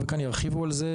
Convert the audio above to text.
מרוויחים.